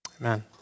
Amen